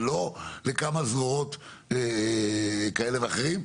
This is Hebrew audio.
ולא לכמה זרועות כאלה ואחרים.